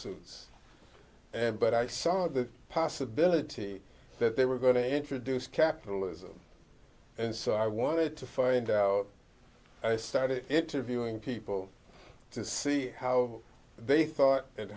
suits and but i saw the possibility that they were going to introduce capitalism and so i wanted to find out i started interviewing people to see how they thought and